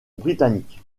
britannique